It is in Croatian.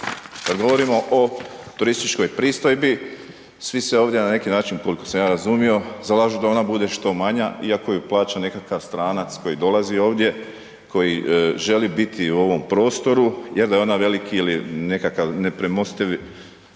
Kad govorimo o turističkoj pristojbi, svi se ovdje na neki način, koliko sam razumio, zalažu da ona bude što manja iako ju plaća nekakav stranac koji dolazi ovdje, koji želi biti u ovom prostoru, je da je ona veliki ili nekakav nepremostivi